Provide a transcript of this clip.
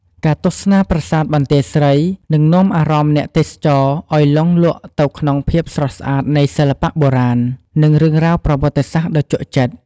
ការទស្សនាប្រាសាទបន្ទាយស្រី នឹងនាំអារម្មណ៍អ្នកទេសចរណ៍ឲ្យលង់លក់ទៅក្នុងភាពស្រស់ស្អាតនៃសិល្បៈបុរាណ និងរឿងរ៉ាវប្រវត្តិសាស្ត្រដ៏ជក់ចិត្ត។